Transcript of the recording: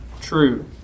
true